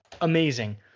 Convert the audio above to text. amazing